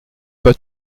pas